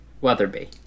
Weatherby